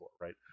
right